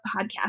podcast